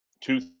two